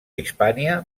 hispània